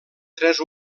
tres